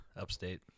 Upstate